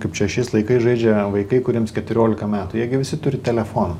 kaip čia šiais laikais žaidžia vaikai kuriems keturiolika metų jie gi visi turi telefoną